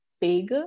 big